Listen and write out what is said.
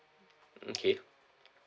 okay